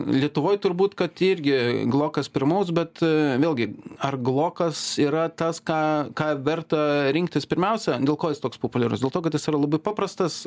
lietuvoj turbūt kad irgi glokas pirmaus bet vėlgi ar glokas yra tas ką ką verta rinktis pirmiausia dėl ko jis toks populiarus dėl to kad jis yra labai paprastas